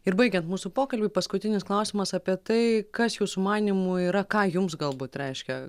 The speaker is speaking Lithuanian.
ir baigiant mūsų pokalbį paskutinis klausimas apie tai kas jūsų manymu yra ką jums galbūt reiškia